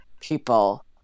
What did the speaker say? people